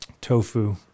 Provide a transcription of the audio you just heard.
tofu